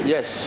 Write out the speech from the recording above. Yes